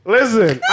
Listen